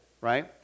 right